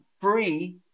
free